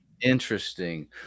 Interesting